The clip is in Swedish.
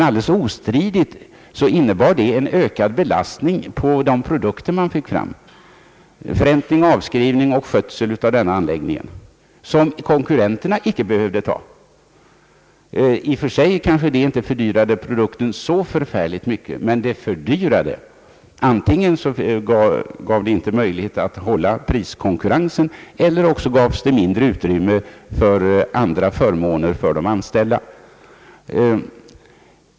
Alldeles ostridigt innebar det en ökad belastning på de produkter man framställde, främst för avskrivning och skötsel av anläggningen, och som konkurrenterna inte behövde ta. I och för sig kanske det inte fördyrade produkten så förfärligt mycket, men det blev en fördyring, som innebar att företaget inte fick samma möjlighet som tidigare att priskonkurrera, eller också gavs det mindre utrymme för ökade förmåner åt de anställda.